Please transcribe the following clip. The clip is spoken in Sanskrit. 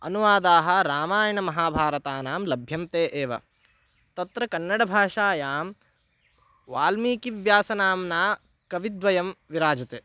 अनुवादाः रामायणमहाभारतानां लभ्यन्ते एव तत्र कन्नडभाषायां वाल्मीकिव्यासनाम्ना कविद्वयं विराजते